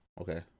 Okay